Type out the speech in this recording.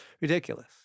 ridiculous